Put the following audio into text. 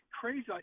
crazy